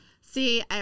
See